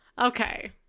Okay